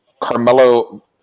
Carmelo